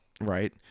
Right